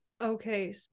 Okay